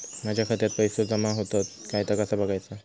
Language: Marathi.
माझ्या खात्यात पैसो जमा होतत काय ता कसा बगायचा?